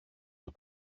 που